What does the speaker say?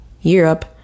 Europe